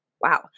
Wow